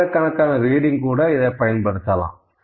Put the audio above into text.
ஆயிரக்கணக்கான ரீடிங் கூட இதை பயன்படுத்தலாம்